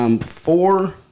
Four